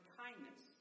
kindness